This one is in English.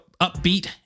upbeat